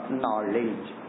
knowledge